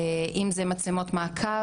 ככל שאנחנו מדברות,